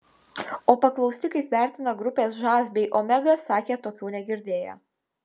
o paklausti kaip vertina grupes žas bei omega sakė tokių negirdėję